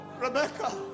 Rebecca